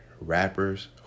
rappers